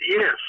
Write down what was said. yes